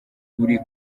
uri